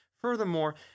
Furthermore